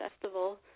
festival